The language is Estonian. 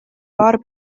paar